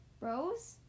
Rose